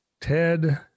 Ted